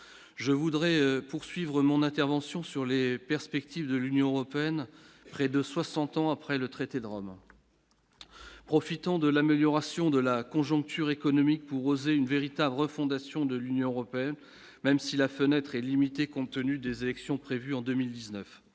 je voudrais poursuivre mon intervention sur les perspectives de l'Union européenne, près de 60 ans après le traité de Rome. Profitant de l'amélioration de la conjoncture économique pour oser une véritable refondation de l'Union européenne, même si la fenêtre est limitée, compte tenu des élections prévues en 2019